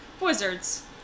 wizards